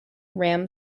ram